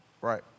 Right